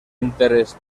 interès